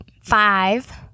Five